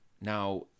Now